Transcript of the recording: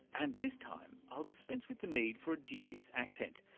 and this time i'll dispense with the need for a dubious accent.